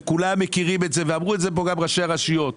וכולם מכירים את זה ואמרו את זה כאן גם ראשי הרשויות,